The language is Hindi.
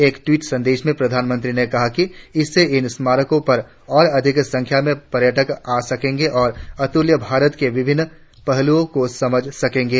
एक ट्वीट संदेश में प्रधानमंत्री ने कहा कि इससे इन स्मारकों पर और अधिक संख्या में पर्यटन आ सकेंगे और अतुल्य भारत के विभिन्न पहलुओं को समझ सकेंगे